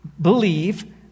Believe